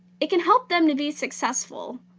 it can help them to be successful.